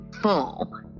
full